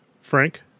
Frank